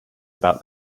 about